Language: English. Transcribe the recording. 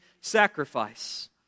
sacrifice